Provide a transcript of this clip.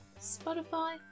Spotify